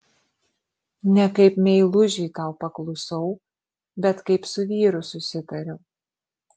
ne kaip meilužiui tau paklusau bet kaip su vyru susitariau